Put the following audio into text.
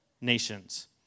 nations